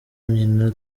nyina